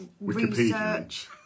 research